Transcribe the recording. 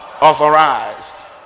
authorized